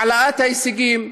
העלאת ההישגים,